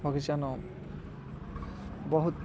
ବଗିଚାନ ବହୁତ୍